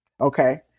Okay